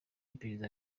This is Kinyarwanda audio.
iperereza